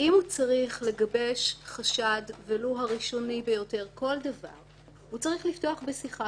אם הוא צריך לגבש חשד ולו הראשוני ביותר הוא צריך לפתוח בשיחה.